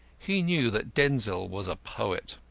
he knew that denzil was a poet.